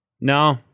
No